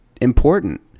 important